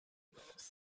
blocks